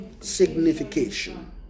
Signification